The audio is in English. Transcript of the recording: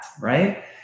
Right